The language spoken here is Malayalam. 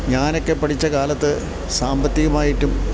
ഞാനൊക്കെ പഠിച്ച കാലത്ത് സാമ്പത്തികമായിട്ടും